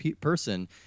person